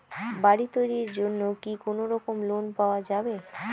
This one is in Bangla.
বাড়ি তৈরির জন্যে কি কোনোরকম লোন পাওয়া যাবে?